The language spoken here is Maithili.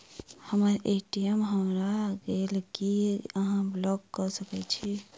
हम्मर ए.टी.एम हरा गेल की अहाँ ब्लॉक कऽ सकैत छी?